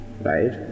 right